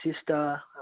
sister